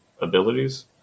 abilities